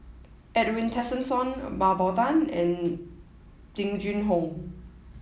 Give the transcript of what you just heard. Edwin Tessensohn Mah Bow Tan and Jing Jun Hong